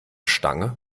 stange